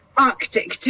arctic